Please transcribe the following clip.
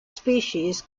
species